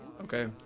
Okay